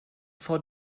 vor